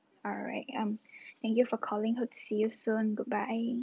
alright um thank you for calling hope to see you soon goodbye